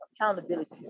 accountability